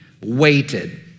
waited